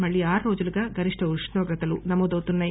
మళ్లీ ఆరు రోజులుగా గరిష్ణ ఉష్ణోగ్రతలు నమోదవుతున్నాయి